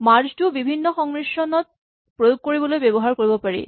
merge টো বিভিন্ন সংমিশ্ৰণত প্ৰয়োগ কৰিবলৈ ব্যৱহাৰ কৰিব পাৰি